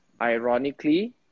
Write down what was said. Ironically